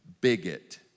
bigot